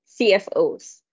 cfos